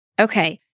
Okay